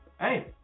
hey